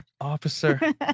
officer